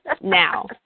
Now